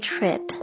Trip